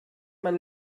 man